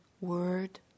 word